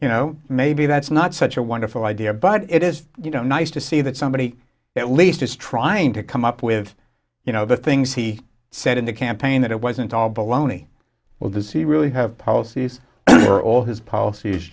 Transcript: you know maybe that's not such a wonderful idea but it is you know nice to see that somebody at least is trying to come up with you know the things he said in the campaign that it wasn't all baloney well does so you really have policies are all his policies